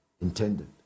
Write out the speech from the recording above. intended